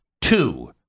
two